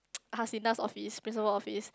Hasina's office principal office